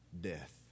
death